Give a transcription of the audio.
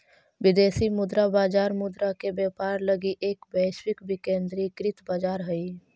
विदेशी मुद्रा बाजार मुद्रा के व्यापार लगी एक वैश्विक विकेंद्रीकृत बाजार हइ